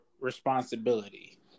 responsibility